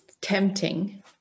tempting